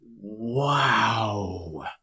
Wow